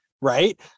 right